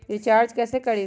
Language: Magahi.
रिचाज कैसे करीब?